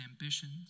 ambitions